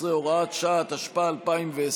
12, הוראת שעה), התשפ"א 2020,